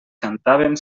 cantaven